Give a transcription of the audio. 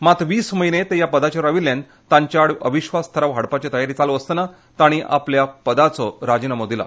मात वीस म्हयने ते ह्या पदाचेर राविल्ल्यान तांचे आड अविश्वास थाराव हाडपाची तयारी चालू आसतनां तांणी आपल्या ह्या पदाचो राजिनामो दिलो